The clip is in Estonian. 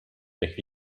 ehk